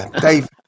Dave